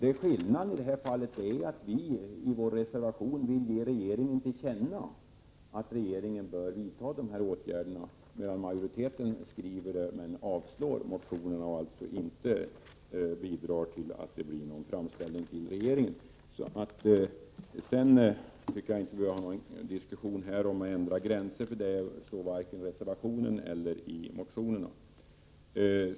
Skillnaden i detta fall är att vi i vår reservation vill ge regeringen till känna att regeringen bör vidta dessa åtgärder, medan majoriteten avstyrker motionen och alltså inte bidrar till att det görs någon framställning till regeringen. Jag tycker inte att vi skall föra någon diskussion här om att ändra åldersgränser. Det står varken i reservationen eller i motionerna.